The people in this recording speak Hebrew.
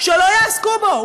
שלא יעסקו בו.